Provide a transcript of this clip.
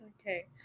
Okay